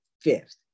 fifth